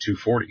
240